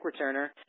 returner